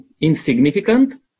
insignificant